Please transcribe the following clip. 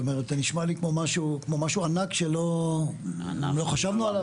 זה נשמע לי כמו משהו ענק שלא חשבנו עליו?